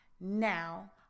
now